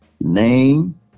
name